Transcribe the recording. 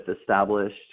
established